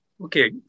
Okay